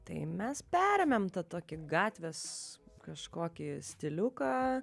tai mes perėmėm tą tokį gatvės kažkokį stiliuką